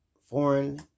foreign